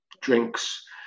drinks